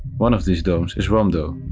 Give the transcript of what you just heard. one of these domes is romdeau,